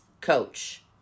coach